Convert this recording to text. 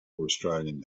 australian